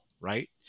right